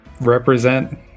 represent